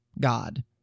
God